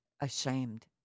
ashamed